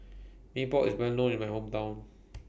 Mee Pok IS Well known in My Hometown